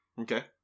Okay